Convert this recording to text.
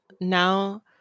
Now